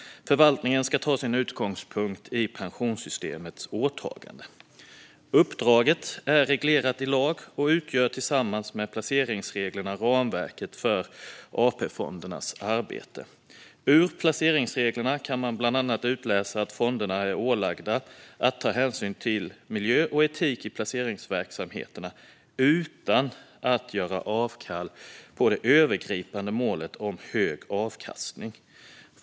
Förvaltningen ska ta sin utgångspunkt i pensionssystemets åtagande. Uppdraget är reglerat i lag och utgör tillsammans med placeringsreglerna ramverket för AP-fondernas arbete. Ur placeringsreglerna kan man bland annat utläsa att fonderna är ålagda att ta hänsyn till miljö och etik i placeringsverksamheten, utan att göra avkall på det övergripande målet om hög avkastning.